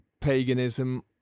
Paganism